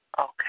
Okay